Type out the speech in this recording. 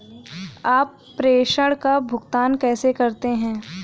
आप प्रेषण का भुगतान कैसे करते हैं?